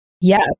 Yes